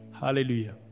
Hallelujah